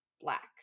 black